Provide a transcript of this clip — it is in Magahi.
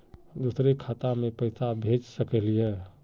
दुसरे खाता मैं पैसा भेज सकलीवह?